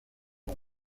nom